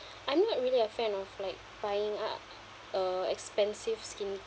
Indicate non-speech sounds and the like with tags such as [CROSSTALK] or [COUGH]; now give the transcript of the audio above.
[BREATH] I'm not really a fan of like buying up uh expensive skincare